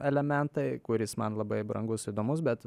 elementai kuris man labai brangus įdomus bet